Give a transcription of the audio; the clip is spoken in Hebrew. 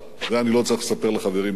את זה אני לא צריך לספר לחברים כאן,